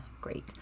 Great